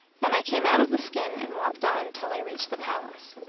then i came out of the skin and walked on till i reached the palace.